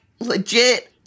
legit